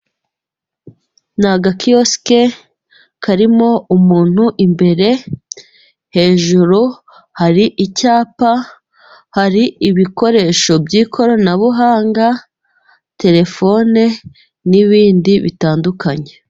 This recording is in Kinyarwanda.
Ni agakiyosike karimo umuntu imbere, hejuru hari icyapa hari ibikoresho by'ikoranabuhanga, telefone n'ibindi bitandukanye.